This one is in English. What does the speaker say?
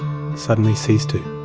suddenly ceased to.